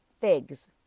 figs